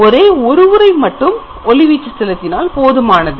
ஒரே ஒருமுறை மட்டும் ஒளிவீச்சு செலுத்தினால் போதுமானது